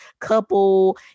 couple